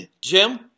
Jim